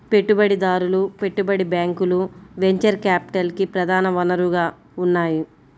పెట్టుబడిదారులు, పెట్టుబడి బ్యాంకులు వెంచర్ క్యాపిటల్కి ప్రధాన వనరుగా ఉన్నాయి